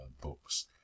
Books